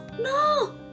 No